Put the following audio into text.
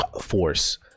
force